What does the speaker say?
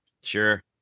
sure